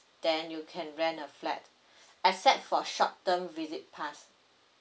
then you can rent a flat except for short term visit pass